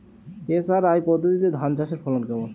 SRI পদ্ধতিতে ধান চাষের ফলন কেমন?